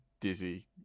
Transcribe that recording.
Dizzy